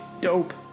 Dope